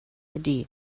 ydy